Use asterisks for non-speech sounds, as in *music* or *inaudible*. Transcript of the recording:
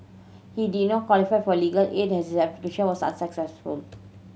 he did not qualify for legal aid and his application was *unintelligible*